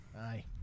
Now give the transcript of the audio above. Aye